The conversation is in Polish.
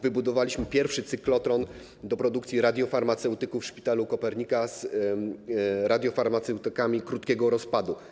Wybudowaliśmy pierwszy cyklotron do produkcji radiofarmaceutyków w szpitalu Kopernika z radiofarmaceutykami krótkiego rozpadu.